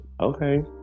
Okay